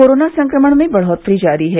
corona संक्रमण में बढोतरी जारी है